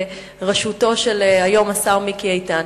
בראשותו של היום השר מיקי איתן,